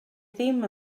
ddim